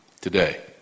Today